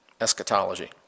eschatology